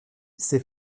ses